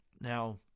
Now